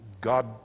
God